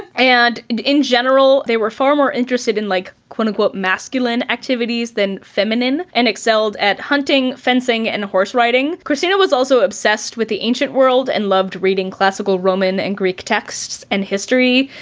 and in in general, they were far more interested in like, kind of masculine activities than feminine, and excelled at hunting, fencing and horse riding. kristina was also obsessed with the ancient world and loved reading classical roman and greek texts and history,